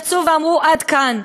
יצאו ואמרו: עד כאן.